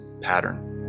pattern